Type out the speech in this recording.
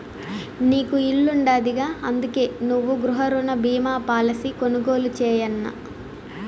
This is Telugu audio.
నీకు ఇల్లుండాదిగా, అందుకే నువ్వు గృహరుణ బీమా పాలసీ కొనుగోలు చేయన్నా